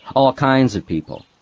all kinds of people.